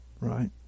right